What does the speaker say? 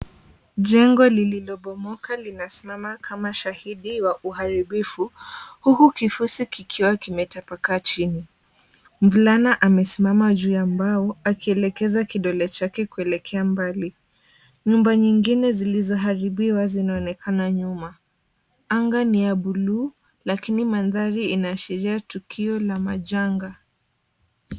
Jengo lililobomoka linasimama kama shahidi wa uharibifu huku kifusi kikiwa kimetapakaa chini. Mvulana amesimama juu ya mbao akielekeza kidole chake kuelekea mbali. Nyumba nyingine zilizoharibiwa zinaonekana nyuma. Anga ni ya blue lakini mandhari yanaashiria tukio la majanga.